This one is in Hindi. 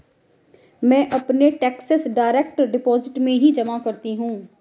मैं अपने टैक्सेस डायरेक्ट डिपॉजिट से ही जमा करती हूँ